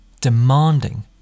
demanding